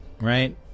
right